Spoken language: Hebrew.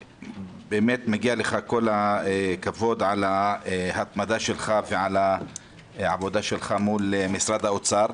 באמת מגיע לך כל הכבוד על ההתמדה שלך ועל העבודה שלך מול משרד האוצר.